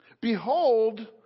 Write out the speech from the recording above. Behold